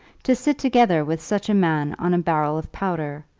to sit together with such a man on a barrel of powder,